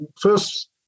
First